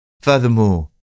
Furthermore